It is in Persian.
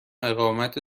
اقامت